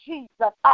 Jesus